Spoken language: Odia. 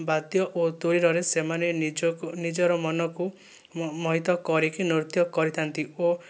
ବାଦ୍ୟ ଏବଂ ଦୈରରେ ସେମାନେ ନିଜକୁ ନିଜର ମନକୁ ମୋହିତ କରିକି ନୃତ୍ୟ କରିଥାନ୍ତି ଓ